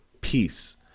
peace